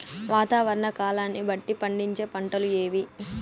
వాతావరణ కాలాన్ని బట్టి పండించే పంటలు ఏవి?